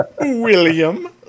William